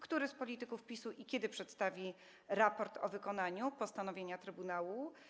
Który z polityków PiS-u, i kiedy, przedstawi raport o wykonaniu postanowienia Trybunału?